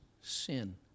sin